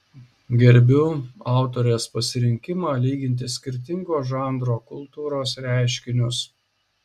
gerbiu autorės pasirinkimą lyginti skirtingo žanro kultūros reiškinius